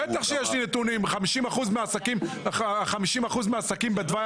בטח שיש לי נתונים 50% מהעסקים בתוואי